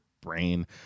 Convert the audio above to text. brain